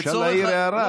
אפשר להעיר הערה,